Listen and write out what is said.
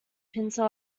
pincer